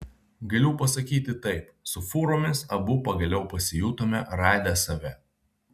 galiu pasakyti taip su fūromis abu pagaliau pasijutome radę save